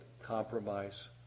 compromise